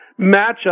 matchup